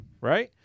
Right